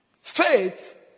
Faith